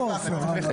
דרך אגב, למה 28?